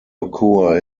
occur